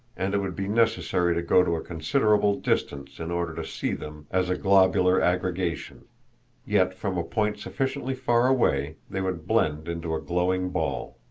and it would be necessary to go to a considerable distance in order to see them as a globular aggregation yet from a point sufficiently far away they would blend into a glowing ball.